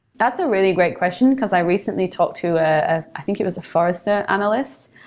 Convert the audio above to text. that's a really great question, because i recently talked to, ah ah i think it was a forester analyst.